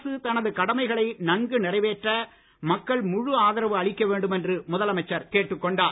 அரசு தனது கடமைகளை நன்கு நிறைவேற்ற மக்கள் முழு ஆதரவு அளிக்க வேண்டும் என்று முதலமைச்சர் கேட்டுக் கொண்டார்